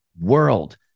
world